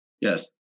Yes